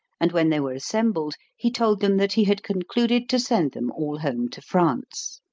and when they were assembled, he told them that he had concluded to send them all home to france.